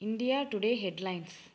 India today headlines